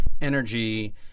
energy